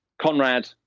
Conrad